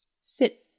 Sit